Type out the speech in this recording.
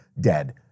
dead